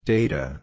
Data